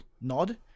nod